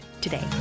today